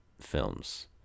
films